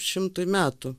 šimtui metų